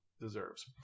deserves